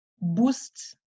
boost